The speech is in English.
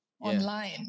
online